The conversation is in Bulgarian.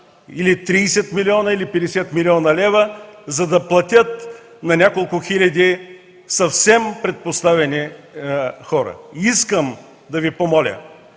или 30 милиона, или 50 милиона лева, за да платят на няколко хиляди съвсем предпоставени хора?! Искам да Ви помоля